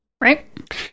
Right